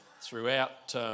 Throughout